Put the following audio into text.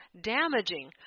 damaging